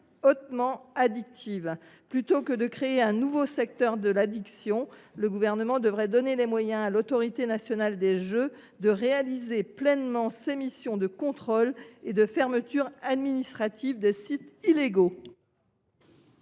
hautement addictives. Plutôt que de créer un nouveau secteur de l’addiction, le Gouvernement devrait donner les moyens à l’Autorité nationale des jeux (ANJ) de réaliser pleinement ses missions de contrôle et de fermeture administrative des sites illégaux.